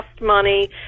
money